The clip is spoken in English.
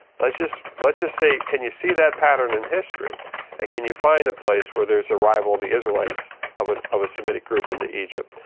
let's just let's just say, can you see that pattern in history and can you find a place where there's a rival the israelites of an a semitic group in the egypt?